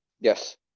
Yes